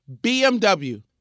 BMW